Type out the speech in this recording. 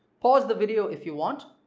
pause the video if you want,